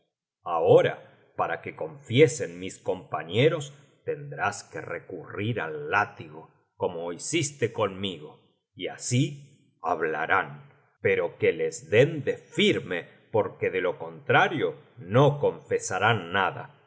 ahora para que confiesen mis compañeros tendrás que recurrir al látigo como hiciste conmigo y así hablarán pero que les den de firme porque de lo contrario no confesarán nada y